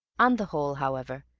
on the whole, however,